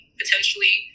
potentially